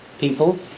people